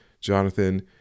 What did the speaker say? jonathan